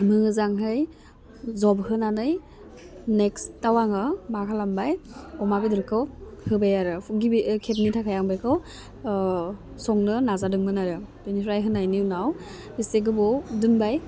मोजांहै जबहोनानै नेक्सटाव आङो मा खालामबाय अमा बेदरखौ होबाय आरो गिबि खेबनि थाखाय आं बेखौ संनो नाजादोंमोन आरो बिनिफ्राय होनायनि उनाव एसे गोबाव दोनबाय